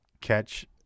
catch